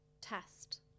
test